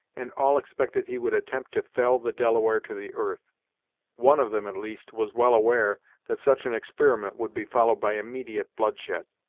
and all expected he would attempt to fell the delaware to the earth one of them, at least, was well aware that such an experiment would be followed by immediate bloodshed.